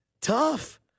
Tough